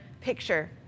picture